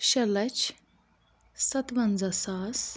شےٚ لَچھ سَتوَنٛزاہ ساس